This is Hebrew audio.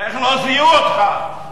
איך לא זיהו אותך,